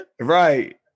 Right